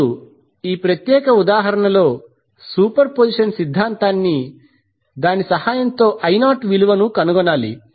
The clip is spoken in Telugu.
ఇప్పుడు ఈ ప్రత్యేక ఉదాహరణలో సూపర్ పొజిషన్ సిద్ధాంతం సహాయంతో I0 విలువను కనుగొనాలి